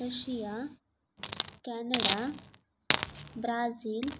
Russia Canada Brazil